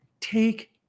take